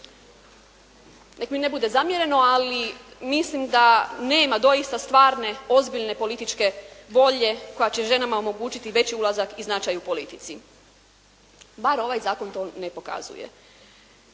Nek mi ne bude zamjereno, ali mislim da nema doista stvarne, ozbiljne političke volje koja će ženama omogućiti veći ulazak i značaj u politici, bar ovaj zakon to ne pokazuje.